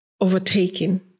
overtaking